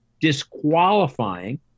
disqualifying